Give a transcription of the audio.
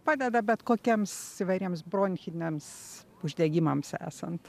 padeda bet kokiems įvairiems bronchiniams uždegimams esant